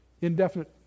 indefinite